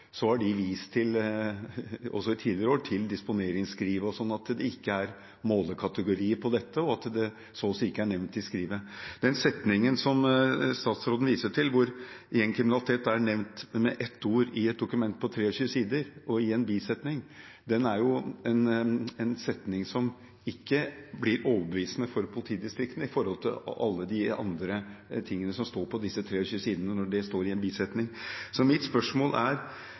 har de – også i tidligere år – vist til disponeringsskrivet osv., at det ikke er målekategori for dette, og at det så å si ikke er nevnt i skrivet. Den setningen som statsråden viser til – gjengkriminalitet er nevnt med ett ord i et dokument på 23 sider og i en bisetning – er en setning som ikke blir overbevisende for politidistriktene i forhold til alle de andre tingene som står på disse 23 sidene, når det står i en bisetning. Så mitt spørsmål er: